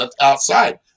outside